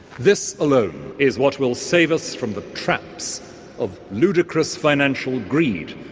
this alone is what will save us from the traps of ludicrous financial greed,